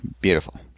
Beautiful